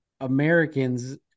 americans